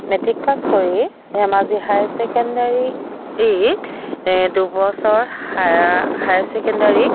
matric pass কৰি Dhemaji higher চেকেণ্ডাৰীত দুবছৰ হায়া হায়াৰ চেকেণ্ডাৰীত